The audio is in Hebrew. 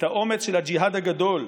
את האומץ של הג'יהאד הגדול,